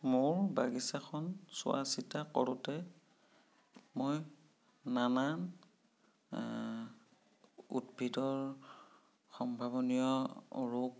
মোৰ বাগিচাখন চোৱা চিতা কৰোঁতে মই নানান উদ্ভিদৰ সম্ভাৱনীয় ৰোগ